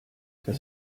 das